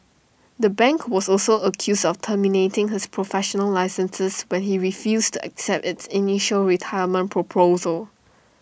the bank was also accused of terminating his professional licenses when he refused to accept its initial retirement proposal